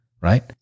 right